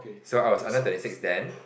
so I was under twenty six then